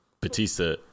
batista